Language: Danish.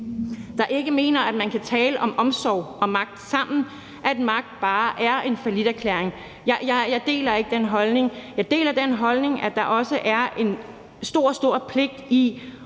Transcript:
der ikke mener, at man kan tale om omsorg og magt sammen, at magt bare er en falliterklæring. Jeg deler ikke den holdning. Jeg deler den holdning, at der også er en stor, stor pligt i